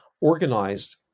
organized